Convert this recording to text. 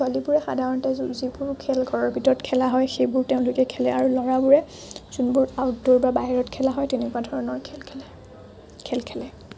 ছোৱালীবোৰে সাধাৰণতে যোন যিবোৰ খেল ঘৰৰ ভিতৰত খেলা হয় সেইবোৰ তেওঁলোকে খেলে আৰু ল'ৰাবোৰে যোনবোৰ আউটদ'ৰ বা বাহিৰত খেল খেলা হয় তেনেকুৱা ধৰণৰ খেল খেলে খেল খেলে